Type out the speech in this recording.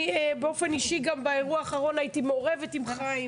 אני באופן אישי גם באירוע האחרון הייתי מעורבת עם חיים.